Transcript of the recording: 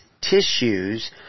tissues